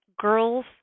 girls